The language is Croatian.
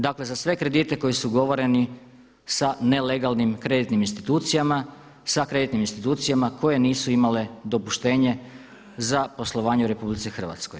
Dakle, za sve kredite koji su ugovoreni sa nelegalnim kreditnim institucijama, sa kreditnim institucijama koje nisu imale dopuštenje za poslovanje u RH.